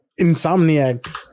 Insomniac